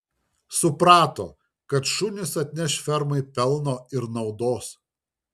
suprato kad šunys atneš fermai pelno ir naudos